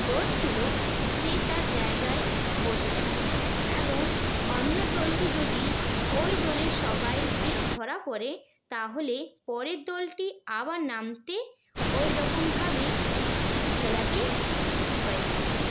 দৌড়াচ্ছিলো সে তার জায়গায় বসে যাবে এবং অন্য দলটি যদি ওই দলের সবাইকে ধরা পড়ে তাহলে পরের দলটি আবার নামতে ঐরকমভাবে খেলাটি হয়ে থাকে